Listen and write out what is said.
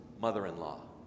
mother-in-law